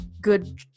good